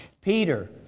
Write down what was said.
Peter